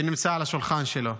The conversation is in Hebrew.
שנמצא על השולחן שלו.